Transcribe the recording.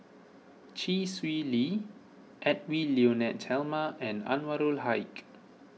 Chee Swee Lee Edwy Lyonet Talma and Anwarul Haque